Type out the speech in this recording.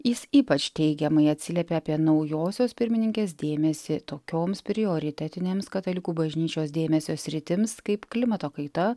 jis ypač teigiamai atsiliepė apie naujosios pirmininkės dėmesį tokioms prioritetinėms katalikų bažnyčios dėmesio sritims kaip klimato kaita